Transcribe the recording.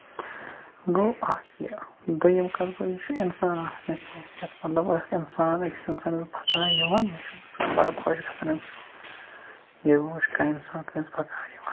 گوٚو اکھ یہِ دوٚیِم کَتھ گوٚو یہِ چھُ اِنسان حیثیت مطلب اکھ اِنسان أکِس اِنسانَس بَکار یِوان مےٚ چھُ بَڈٕ خۄش گژھان اَمہِ سۭتۍ ییٚلہِ بہٕ وُچھٕ کانٛہہ اِنسان کٲنٛسہِ بَکار یِوان